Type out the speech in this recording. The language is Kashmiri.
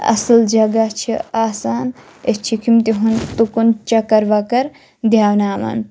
اَصٕل جگہ چھِ آسان أسۍ چھِکھ یِم تِہُنٛد تُکُن چکر وَکَر دیٛاوٕناوان